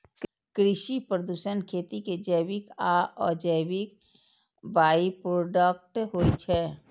कृषि प्रदूषण खेती के जैविक आ अजैविक बाइप्रोडक्ट होइ छै